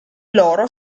loro